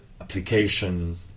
application